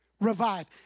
Revive